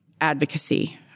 advocacy